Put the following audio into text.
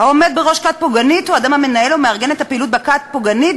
"העומד בראש כת פוגענית או אדם המנהל או מארגן את הפעילות בכת פוגענית,